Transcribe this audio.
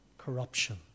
Corruption